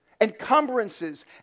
Encumbrances